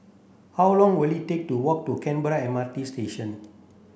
how long will it take to walk to Canberra M R T Station